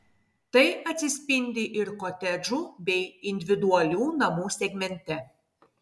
tai atsispindi ir kotedžų bei individualių namų segmente